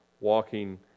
walking